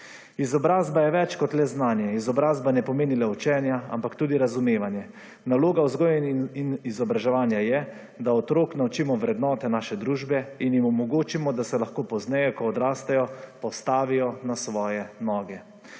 Izobrazba je več kot le znanje. Izobrazba ne pomeni le učenja, ampak tudi razumevanje. Naloga vzgoje in izobraževanja je, da otroka naučimo vrednote naše družbe in jim omogočimo, da se lahko pozneje, ko odrastejo postavijo na svoje noge.